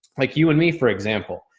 like you and me, for example,